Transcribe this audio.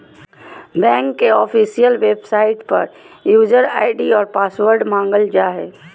bank के official website पर user ID और पासवर्ड मांगल जा हइ